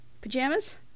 Pajamas